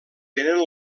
tenen